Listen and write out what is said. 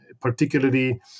particularly